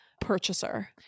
purchaser